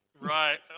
Right